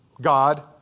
God